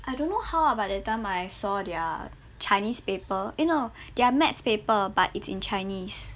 I don't know how ah but that time I saw their chinese paper eh no their maths paper but it's in chinese